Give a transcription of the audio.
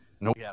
No